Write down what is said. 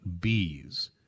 bees